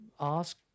ask